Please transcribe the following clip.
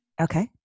Okay